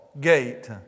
gate